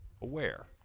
aware